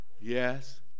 yes